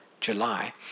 July